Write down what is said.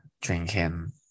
drinking